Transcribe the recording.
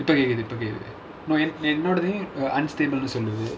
என்னோடது:ennodathu unstable னு சொல்லுது:nu solluthu